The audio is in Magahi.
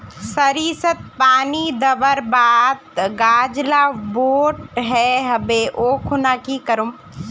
सरिसत पानी दवर बात गाज ला बोट है होबे ओ खुना की करूम?